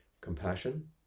compassion